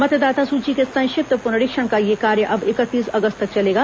मतदाता सुची के संक्षिप्त पुनरीक्षण का यह कार्य अब इकतीस अगस्त तक चलेगा